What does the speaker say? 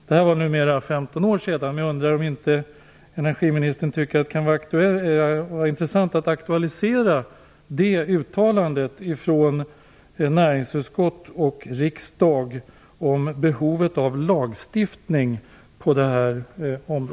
Det var mer än 15 år sedan, men jag undrar om inte energiministern tycker att det kan vara intressant att aktualisera uttalandet om behovet av lagstiftning på detta område från näringsutskott och riksdag.